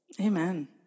Amen